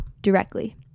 directly